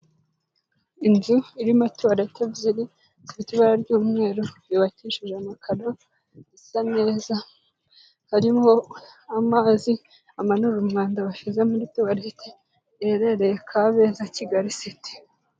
Inzu irimo tuwarete ebyiri zifite ibara ry'umweru, yubakishije amakararo, isa neza, harimo amazi amanura umwanda bashyize muri tuwarete, iherereye Kabeza, Kigali city.